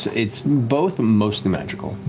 it's both, mostly magical.